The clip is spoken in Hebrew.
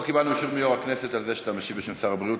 להצעות לסדר-היום בנושא: תוכנית משרד הבריאות